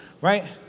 right